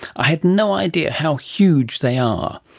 i had no idea how huge they are.